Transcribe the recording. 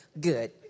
Good